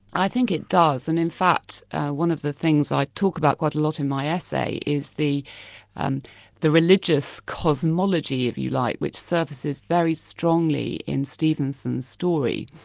i think it does, and in fact one of the things i talk about quite a lot in my essay is the and the religious cosmology, if you like, which surfaces very strongly in stevenson's story.